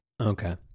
Okay